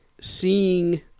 seeing